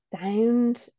sound